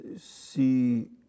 see